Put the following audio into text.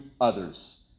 others